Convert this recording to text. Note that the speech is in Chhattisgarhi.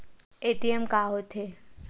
ए.टी.एम का होथे?